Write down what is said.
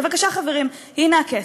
בבקשה, חברים, הנה הכסף,